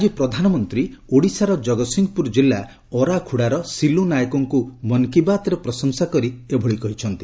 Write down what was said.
ଆଜି ପ୍ରଧାନମନ୍ତ୍ରୀ ଓଡ଼ିଶାର ଜଗତ୍ସିହପୁର ଜିଲ୍ଲା ଅରାଖୁଡାର ସିଲୁ ନାଏକଙ୍କୁ ମନ୍ କି ବାତ୍ରେ ପ୍ରଶଂସା କରି ଏଭଳି କହିଛନ୍ତି